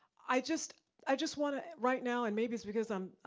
i just i just wanna, right now and maybe it's because i'm,